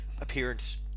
appearance